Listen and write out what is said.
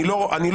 אני לא חושב,